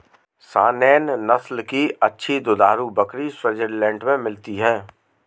Saanen नस्ल की अच्छी दुधारू बकरी स्विट्जरलैंड में मिलती है